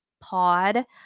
pod